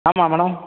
ஆமாம் மேடம்